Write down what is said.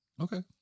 Okay